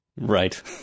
Right